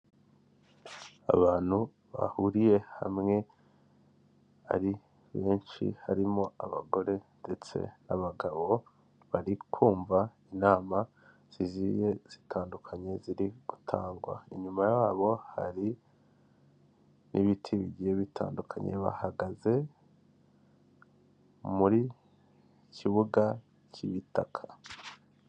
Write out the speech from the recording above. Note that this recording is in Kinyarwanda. Abantu bahuriye hamwe ari benshi harimo abagore ndetse n'abagabo bari kumva inama zigiye zitandukanye ziri gutangwa, inyuma yabo hari n'ibiti bigiye bitandukanye bari gutanga bahagaze mu kibuga k'ibitaka.